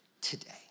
today